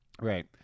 Right